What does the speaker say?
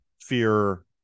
fear